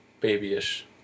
babyish